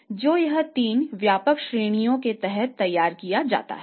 तो यह 3 व्यापक श्रेणियों के तहत तैयार किया जाता है